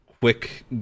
quick